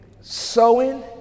sowing